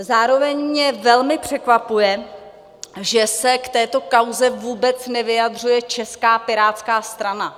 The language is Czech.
Zároveň mě velmi překvapuje, že se k této kauze vůbec nevyjadřuje Česká pirátská strana.